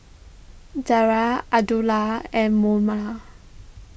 Dara Abdullah and Munah